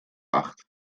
acht